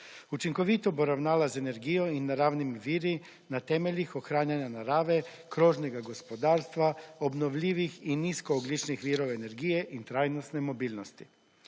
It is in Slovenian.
Učinkovito obravnava z energijo in naravnimi viri na temeljih ohranjanja narave, krožnega gospodarstva, obnovljivih in nizko ogljičnih virov energije in trajnostne mobilnosti.